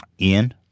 Ian